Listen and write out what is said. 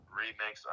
remix